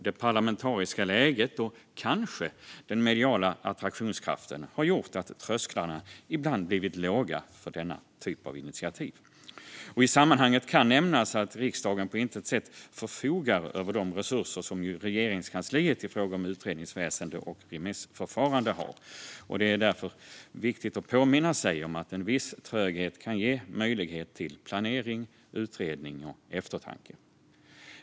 Det parlamentariska läget och kanske den mediala attraktionskraften har gjort att trösklarna ibland blivit låga för sådana initiativ. I sammanhanget kan nämnas att riksdagen på intet sätt förfogar över de resurser som Regeringskansliet har i fråga om utredningsväsen och remissförfarande. Det är därför viktigt att påminna sig om att en viss tröghet kan ge möjlighet till planering, utredning och eftertanke.